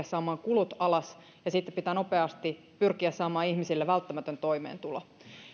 saamaan kulut alas ja sitten pitää nopeasti pyrkiä saamaan ihmisille välttämätön toimeentulo